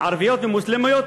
ערביות ומוסלמיות,